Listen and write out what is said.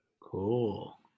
Cool